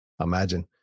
Imagine